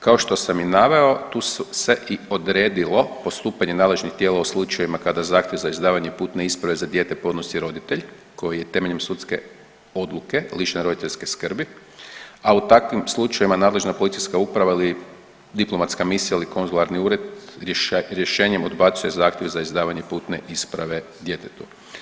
Kao što sam i naveo tu se i odredilo postupanje nadležnih tijela u slučajevima kada zahtjev za izdavanje putne isprave za dijete podnosi roditelj koji je temelj sudske odluke lišen roditeljske skrbi, a u takvim slučajevima nadležna policijska uprava ili diplomatska misija ili konzularni ured rješenjem odbacuje zahtjev za izdavanje putne isprave djetetu.